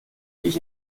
ich